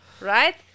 Right